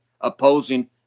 opposing